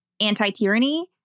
anti-tyranny